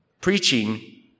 Preaching